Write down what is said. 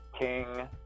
king